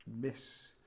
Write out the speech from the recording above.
miss